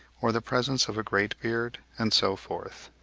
or the presence of a great beard, and so forth.